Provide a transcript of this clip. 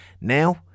Now